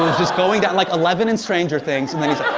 just going down, like eleven in stranger things and then he's